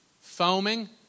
foaming